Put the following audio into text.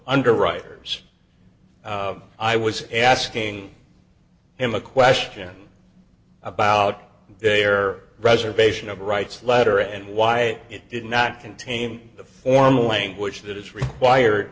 underwriters i was asking him a question about their reservation of rights letter and why it did not contain the formal language that is required